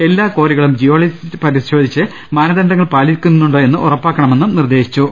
എല്ലാ കാറികളും ജിയോളജിസ്റ്റ് പരിശോധിച്ച് മാനദണ്ഡങ്ങൾ പാലിക്കുന്നുണ്ടോ എന്ന് ഉറപ്പാക്കണമെന്നും നിർദ്ദേശം നൽകി